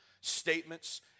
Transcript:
statements